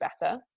better